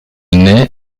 naît